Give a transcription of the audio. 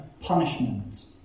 punishment